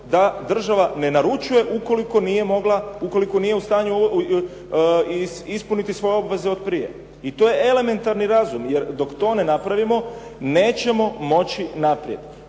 da država ne naručuje ukoliko nije u stanju ispuniti svoje obveze od prije. I to je elementarni razum jer dok to ne napravimo nećemo moći naprijed.